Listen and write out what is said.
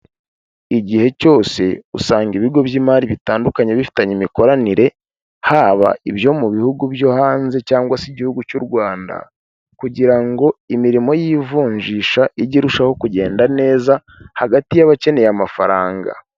Igihe cyose usanga ibigo by'imari bitandukanye bifitanye imikoranire, haba ibyo mu bihugu byo hanze cyangwa se Igihugu cy'u Rwanda kugira ngo imirimo y'ivunjisha ige irusheho kugenda neza hagati y'abakeneye amafaranga.